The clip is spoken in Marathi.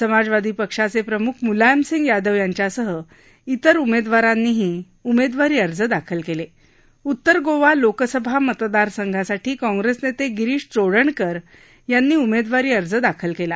समाजवादी पक्षाचक् प्रमुख मुलायमसिंग यादव यांच्यासह इतर उमर खारांनीही आज उमर खारी अर्ज दाखल क्लि उत्तर गोवा लोकसभा मतदारसंघासाठी काँग्रस्तानस्तातीरिष चोडणकर यांनी उमस्त्वारी अर्ज दाखल कला